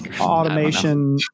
automation